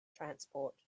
transport